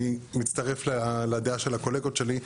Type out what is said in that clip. אני מצטרף לדעה של הקולגות שלי.